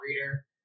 reader